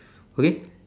okay